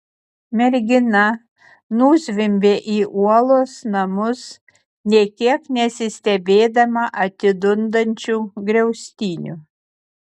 mergina nuzvimbė į uolos namus nė kiek nesistebėdama atidundančiu griaustiniu